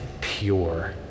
pure